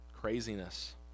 craziness